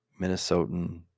Minnesotan